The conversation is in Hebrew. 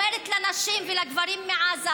אומרת לנשים ולגברים מעזה,